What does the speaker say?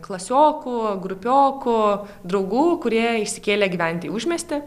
klasiokų grupiokų draugų kurie išsikėlė gyventi į užmiestį